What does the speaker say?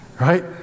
Right